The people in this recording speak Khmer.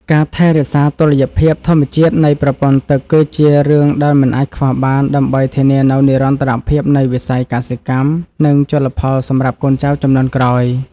ការថែរក្សាតុល្យភាពធម្មជាតិនៃប្រព័ន្ធទឹកគឺជារឿងដែលមិនអាចខ្វះបាន ដើម្បីធានានូវនិរន្តរភាពនៃវិស័យកសិកម្ម និងជលផលសម្រាប់កូនចៅជំនាន់ក្រោយ។